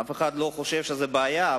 אף אחד לא חושב שזו בעיה,